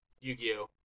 Yu-Gi-Oh